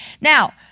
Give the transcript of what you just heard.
Now